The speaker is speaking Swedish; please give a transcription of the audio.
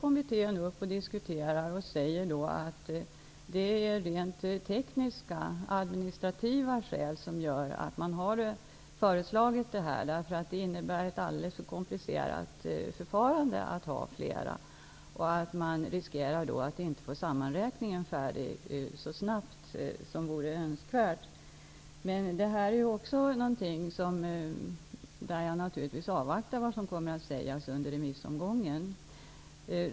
Kommittén har diskuterat detta och sagt att man föreslår det av rent tekniskt administrativa skäl. Att ha möjlighet att kryssa för flera namn medför ett alldeles för komplicerat förfarande, så att man riskerar att inte få sammanräkningen färdig så snabbt som vore önskvärt. Men också på denna punkt avvaktar jag vad som kommer att sägas under remissomgången.